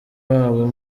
wabo